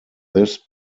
this